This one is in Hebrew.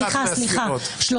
נשים.